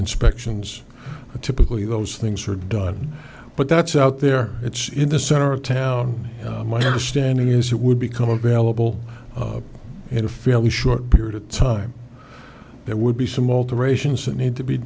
inspections typically those things are done but that's out there it's in the center of town my understanding is it would become available in a fairly short period of time there would be some alterations that need to be